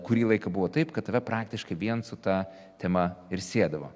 kurį laiką buvo taip kad tave praktiškai vien su ta tema ir siedavo